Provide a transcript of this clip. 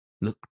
look